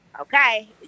Okay